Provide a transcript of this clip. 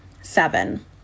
Seven